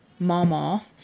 Mama